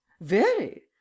Very